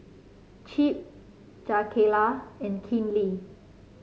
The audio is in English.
Chip Jakayla and Kinley